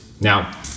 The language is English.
now